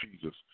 Jesus